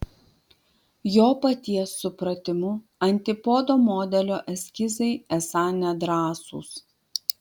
jo paties supratimu antipodo modelio eskizai esą nedrąsūs